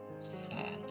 sad